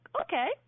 okay